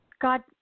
God